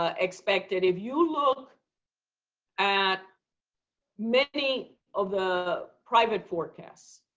ah expected. if you look at many of the private forecasts,